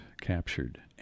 captured